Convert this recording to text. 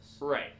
right